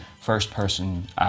First-person